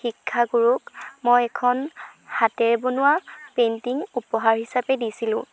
শিক্ষাগুৰুক মই এখন হাতেৰে বনোৱা পেইন্টিং উপহাৰ হিচাপে দিছিলোঁ